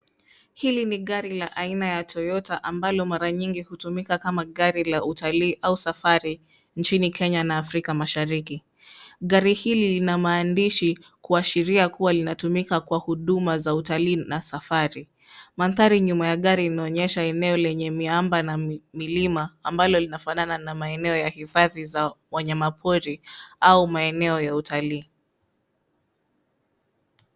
Hili ni gari la aina ya Toyota ambalo mara nyingi hutumika kama gari la utalii au safari nchini Kenya na Afrika mashariki. Gari hili lina maandishi kuashiria kuwa linatumika kwa huduma za utalii na safari. Mandhari nyuma ya gari linaonyesha eneo lenye miamba na milima ambalo linafanana na maeneo ya hifadhi za wanyamapori au maeneo ya utalii.